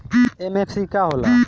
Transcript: MFC का हो़ला?